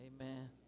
Amen